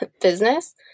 business